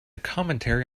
commentary